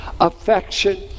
affection